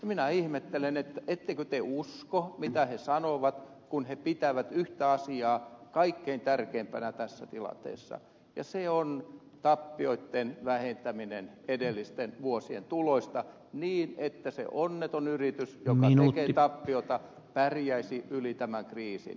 minä ihmettelen ettekö te usko mitä he sanovat kun he pitävät yhtä asiaa kaikkein tärkeimpänä tässä tilanteessa ja se on tappioitten vähentäminen edellisten vuosien tuloista niin että se onneton yritys joka tekee tappiota pärjäisi yli tämän kriisin